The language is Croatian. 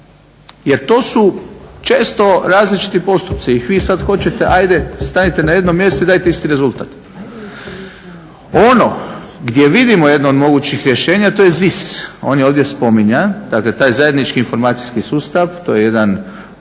jer to su često različiti postupci i vi sad hoćete, ajde stavite na jedno mjesto i dajte isti rezultat. Ono gdje vidimo jedno od mogućih rješenja to je ZIS, on je ovdje spominjan, dakle taj zajednički informacijski sustav, to je jedan